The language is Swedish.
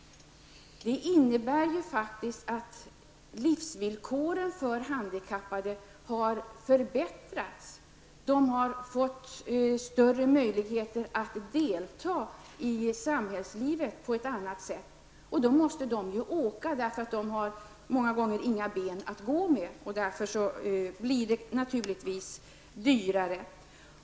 Det innebär ju att livsvillkoren för de handikappade har förbättrats. De handikappade har fått större möjligheter att delta i samhällslivet. Det kan man nu göra på ett annat sätt än som tidigare var möjligt. Många gånger handlar det om handikappade som inte har några ben att gå med. Därför måste de utnyttja den här möjligheten. Naturligtvis blir det då dyrare.